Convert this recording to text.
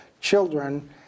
children